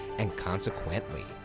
and consequently,